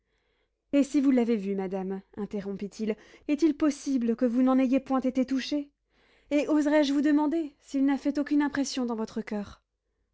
et si vous l'avez vu madame interrompit-il est-il possible que vous n'en ayez point été touchée et oserais-je vous demander s'il n'a fait aucune impression dans votre coeur